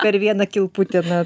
per vieną kilputę na